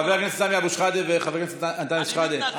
חבר הכנסת סמי אבו שחאדה וחבר הכנסת אנטאנס שחאדה,